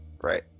Right